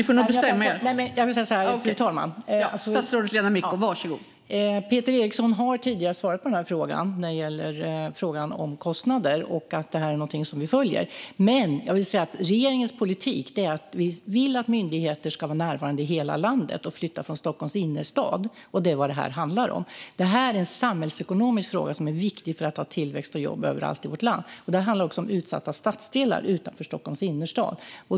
Fru talman! Peter Eriksson har tidigare svarat på frågan om kostnader och sagt att detta är något vi följer. Men jag vill säga att regeringens politik är att vi vill att myndigheter ska vara närvarande i hela landet och flytta från Stockholms innerstad. Det är vad detta handlar om. Det är en samhällsekonomisk fråga som är viktig för att vi ska ha tillväxt och jobb överallt i vårt land. Det handlar också om utsatta stadsdelar utanför Stockholms innerstad.